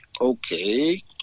okay